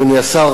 אדוני השר,